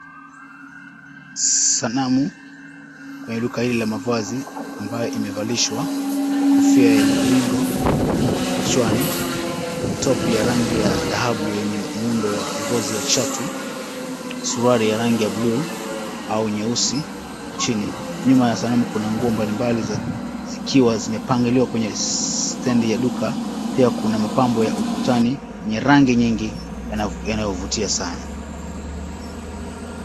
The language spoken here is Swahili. Sanamu, kwenye duka hili mavazi, ambayo imevalishwa kofia ya mviringo kichwani, top ya rangi ya dhahabu yenye muundo wa ngozi ya chatu, suruali ya rangi ya bluu au nyeusi chini. Nyuma ya sanamu kuna nguo mbali mbali za zikiwa zimepangaliwa kwenye stand ya duka. Pia kuna mapambo ya ukutani ya rangi nyingi yanayovutia sana.